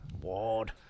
Ward